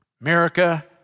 America